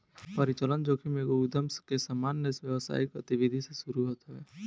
परिचलन जोखिम एगो उधम के सामान्य व्यावसायिक गतिविधि से शुरू होत हवे